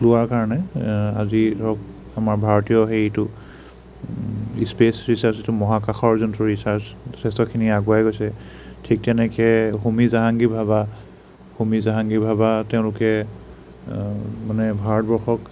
হোৱাৰ কাৰণে আজি ধৰক আমাৰ ভাৰতীয় হেৰিটো স্পেচ ৰীচাৰ্চ যিটো মহাকাশৰ যোনটো ৰীচাৰ্চ যথেষ্টখিনি আগুৱাই গৈছে ঠিক তেনেেকে হোমী জাহাংগীৰ ভাৱা হোমী জাহাংগীৰ ভাৱা তেওঁলোকে মানে ভাৰতবৰ্ষক